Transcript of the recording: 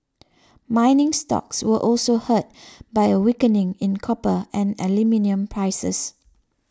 mining stocks were also hurt by a weakening in copper and aluminium prices